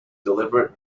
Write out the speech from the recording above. deliberate